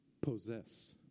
possess